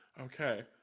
okay